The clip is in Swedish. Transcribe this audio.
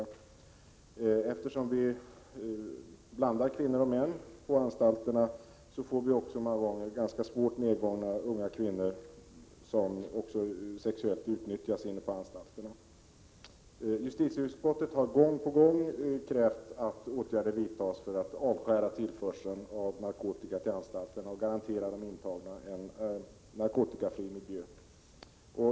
Kvinnor och män blandas på anstalterna och det tas ofta in svårt nedgångna unga kvinnor som också utnyttjas sexuellt inne på anstalterna. Justitieutskottet har gång på gång krävt att åtgärder vidtas för att skära av tillförseln av narkotika till anstalterna och garantera de intagna en narkotikafri miljö.